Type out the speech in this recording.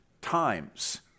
times